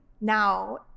now